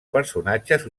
personatges